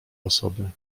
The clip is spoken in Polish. osoby